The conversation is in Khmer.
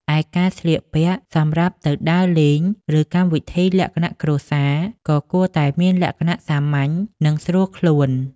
ឯការស្លៀកពាក់សម្រាប់ទៅដើរលេង ឬកម្មវិធីលក្ខណៈគ្រួសារ ក៏គួរតែមានលក្ខណៈសាមញ្ញ និងស្រួលខ្លួន។